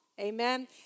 Amen